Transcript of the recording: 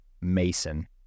Mason